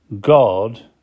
God